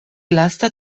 lasta